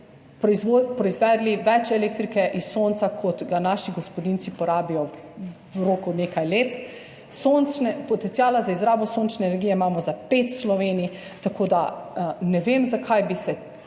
proizvedli več elektrike iz sonca, kot ga naši gospodinjci porabijo v roku nekaj let. Potenciala za izrabo sončne energije imamo za pet Slovenij, tako da ne vem, zakaj bi se